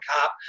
cop